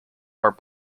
are